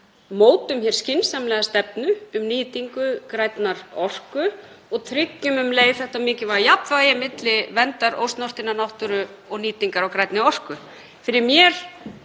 mótum skynsamlega stefnu um nýtingu grænnar orku og tryggjum um leið þetta mikilvæga jafnvægi milli verndar ósnortinnar náttúru og nýtingar á grænni orku.